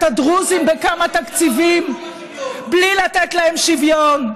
הדרוזים בכמה תקציבים בלי לתת להם שוויון.